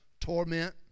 torment